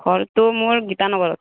ঘৰটো মোৰ গীতানগৰত